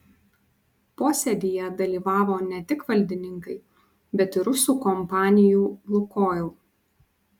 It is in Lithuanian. posėdyje dalyvavo ne tik valdininkai bet ir rusų kompanijų lukoil